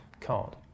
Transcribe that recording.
card